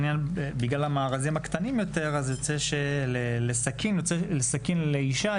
שבגלל המארזים הקטנים המחיר של סכין לאישה